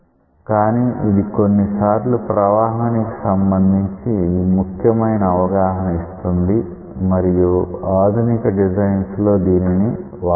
కానీ ఇది కొన్నిసార్లు ప్రవాహానికి సంబంధించి ముఖ్యమైన అవగాహన ఇస్తుంది మరియు ఆధునిక డిజైన్స్ లో దీనిని వాడవచ్చు